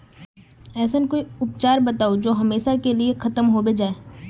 ऐसन कोई उपचार बताऊं जो हमेशा के लिए खत्म होबे जाए?